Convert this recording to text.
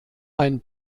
ein